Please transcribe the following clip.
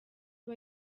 iba